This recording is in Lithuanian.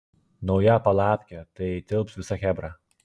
nauja palapkė tai tilps visa chebra